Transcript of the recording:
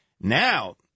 Now